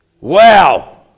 Wow